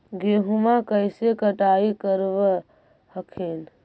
गेहुमा कैसे कटाई करब हखिन?